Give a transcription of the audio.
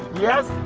yes?